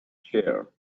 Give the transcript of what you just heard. chair